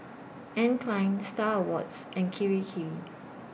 Anne Klein STAR Awards and Kirei Kirei